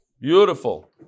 Beautiful